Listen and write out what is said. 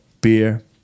beer